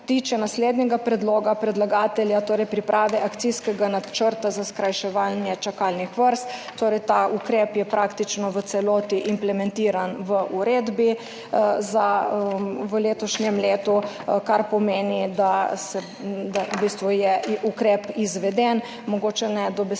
naslednjega predloga predlagatelja, torej priprave akcijskega načrta za skrajševanje čakalnih vrst, torej ta ukrep je praktično v celoti implementiran v uredbi v letošnjem letu, kar pomeni, da je v bistvu ukrep izveden, mogoče ne dobesedno